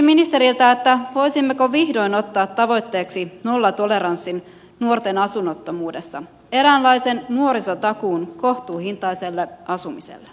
kysynkin ministeriltä voisimmeko vihdoin ottaa tavoitteeksi nollatoleranssin nuorten asunnottomuudessa eräänlaisen nuorisotakuun kohtuuhintaiselle asumiselle